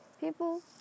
people